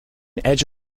edge